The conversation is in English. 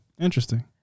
Interesting